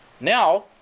Now